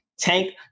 Tank